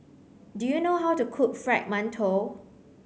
do you know how to cook fried mantou